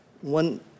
One